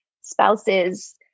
spouses